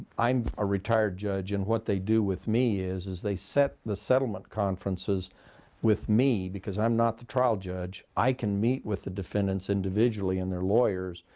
i'm a retired judge, and what they do with me is is they set the settlement conferences with me because i'm not the trial judge. i can meet with the defendants individually and their lawyers,